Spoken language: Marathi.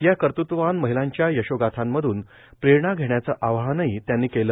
या कर्तृत्ववान महिलांच्या यशोगाथांमधून प्रेरणा घेण्याचं आवाहनही त्यांनी केलं